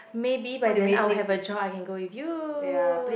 maybe but then I would have a choice I can go with you